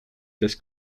des